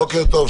בוקר טוב.